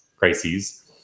crises